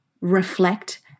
reflect